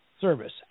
service